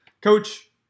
Coach